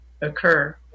occur